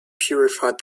purified